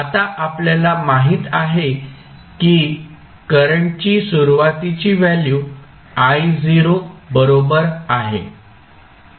आता आपल्याला माहित आहे की करंटची सुरुवातीची व्हॅल्यू I0 बरोबर आहे